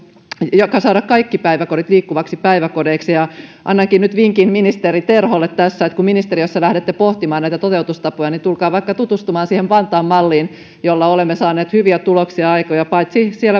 saada kaikki päiväkodit liikkuviksi päiväkodeiksi annankin nyt vinkin ministeri terholle että kun ministeriössä lähdette pohtimaan näitä toteutustapoja niin tulkaa vaikka tutustumaan siihen vantaan malliin jolla olemme saaneet hyviä tuloksia ja aikoja paitsi